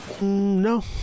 No